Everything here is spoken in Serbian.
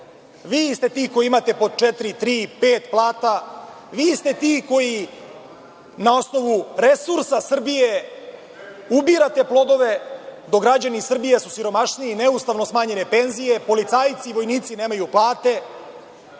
Vi ste ti koji imate po tri, četiri, pet plata. Vi ste ti koji na osnovu resursa Srbije ubirate plodove dok su građani Srbije siromašniji, neustavno smanjene penzije, policajci i vojnici nemaju plate.